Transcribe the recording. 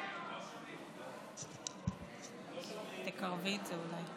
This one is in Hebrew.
מאז שאני זוכרת את עצמי גדלתי בבית אלים,